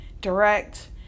direct